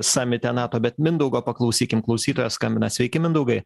samite nato bet mindaugo paklausykim klausytojas skambina sveiki mindaugai